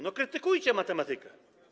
No, krytykujcie matematykę.